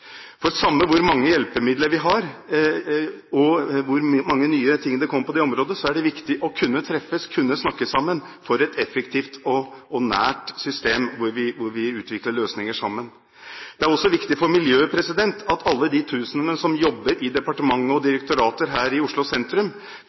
Samme hvor mange hjelpemidler vi har, og hvor mange nye ting det kommer på dette området, er det viktig å kunne treffes, kunne snakke sammen i et effektivt og nært system, hvor vi utvikler løsninger sammen. Det er også viktig for miljøet at alle de tusener som jobber i departementene og